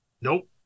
Nope